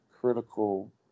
critical